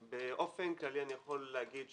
באופן כללי אני יכול להגיד,